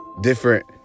Different